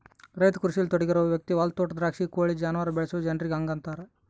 ರೈತ ಕೃಷಿಯಲ್ಲಿ ತೊಡಗಿರುವ ವ್ಯಕ್ತಿ ಹೊಲ ತೋಟ ದ್ರಾಕ್ಷಿ ಕೋಳಿ ಜಾನುವಾರು ಬೆಳೆಸುವ ಜನರಿಗೆ ಹಂಗಂತಾರ